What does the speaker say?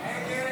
30 בעד,